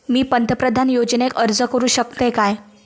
मी पंतप्रधान योजनेक अर्ज करू शकतय काय?